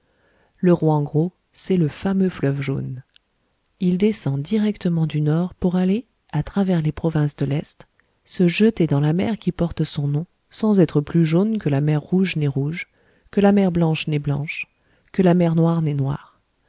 le rouang ro c'est le fameux fleuve jaune il descend directement du nord pour aller à travers les provinces de l'est se jeter dans la mer qui porte son nom sans être plus jaune que la mer rouge n'est rouge que la mer blanche n'est blanche que la mer noire n'est noire